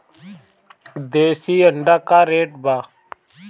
देशी अंडा का रेट बा?